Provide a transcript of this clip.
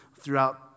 throughout